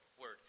word